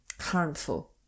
harmful